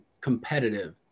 competitive